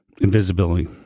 Invisibility